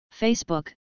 Facebook